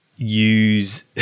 use